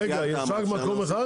יש רק מקום אחד?